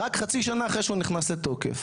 רק חצי שנה אחרי שהוא נכנס לתוקף.